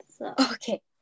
okay